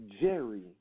Jerry